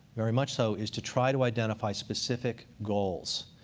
very much so, is to try to identify specific goals.